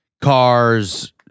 cars